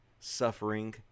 suffering